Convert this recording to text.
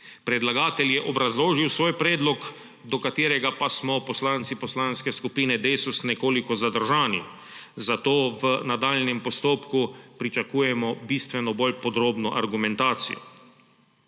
Predlagatelj je obrazložil svoj predlog, do katerega pa smo poslanci Poslanske skupine Desus nekoliko zadržani, zato v nadaljnjem postopku pričakujemo bistveno bolj podrobno argumentacijo.